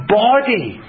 body